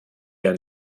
der